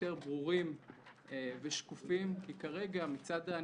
יותר ברורים ושקופים, כי כרגע, מצד הנבחנים,